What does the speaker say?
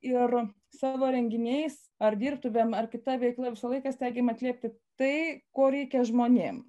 ir savo renginiais ar dirbtumėm ar kita veikla visą laiką stengiam atliepti tai ko reikia žmonėm